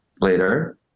Later